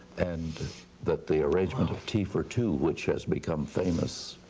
and that the arrangement of tea for two which has become famous,